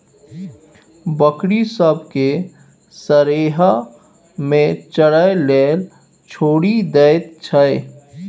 बकरी सब केँ सरेह मे चरय लेल छोड़ि दैत छै